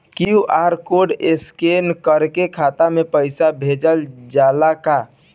QR code scan करके खाता में पैसा भेजल जाला का?